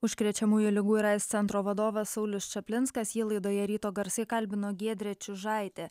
užkrečiamųjų ligų ir aids centro vadovas saulius čaplinskas jį laidoje ryto garsai kalbino giedrė čiužaitė